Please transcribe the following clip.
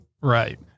right